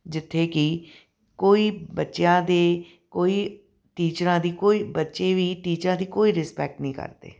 ਜਿੱਥੇ ਕਿ ਕੋਈ ਬੱਚਿਆਂ ਦੇ ਕੋਈ ਟੀਚਰਾਂ ਦੀ ਕੋਈ ਬੱਚੇ ਵੀ ਟੀਚਰਾਂ ਦੀ ਕੋਈ ਰਿਸਪੈਕਟ ਨਹੀਂ ਕਰਦੇ